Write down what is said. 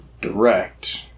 direct